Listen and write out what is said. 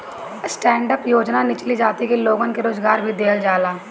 stand up योजना निचली जाति के लोगन के रोजगार भी देहल जाला